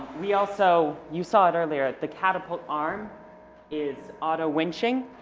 we also you saw it earlier the catapult arm is auto winching.